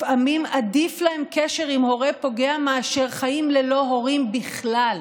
לפעמים עדיף להם קשר עם הורה פוגע מאשר חיים ללא הורים בכלל.